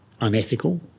unethical